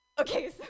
Okay